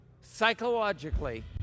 psychologically